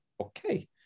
Okay